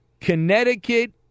Connecticut